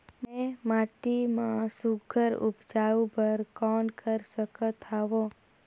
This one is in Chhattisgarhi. मैं माटी मा सुघ्घर उपजाऊ बर कौन कर सकत हवो?